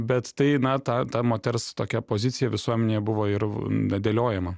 bet tai na ta ta moters tokia pozicija visuomenėje buvo ir na dėliojama